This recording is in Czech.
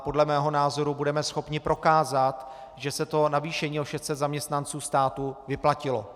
Podle mého názoru budeme schopni prokázat, že se navýšení o 600 zaměstnanců státu vyplatilo.